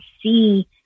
see